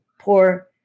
poor